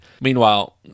Meanwhile